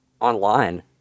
online